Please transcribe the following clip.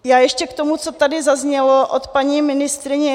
Já ještě k tomu, co tady zaznělo od paní ministryně.